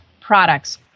products